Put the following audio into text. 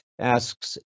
asks